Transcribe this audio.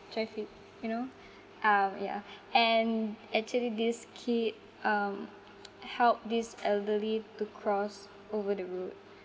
traffic you know um yeah and actually this kid um help this elderly to cross over the road